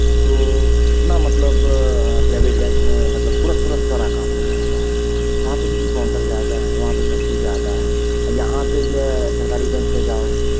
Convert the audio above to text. तो इतना मतलब प्राइवेट बैंक में मतलब तुरत तुरत सारा काम हो जाता है वहाँ पे क्यूँकि काउन्टर ज़्यादा है वहाँ पे सब कुछ ज़्यादा है अ यहाँ पे जो है सरकारी बैंक में जाओ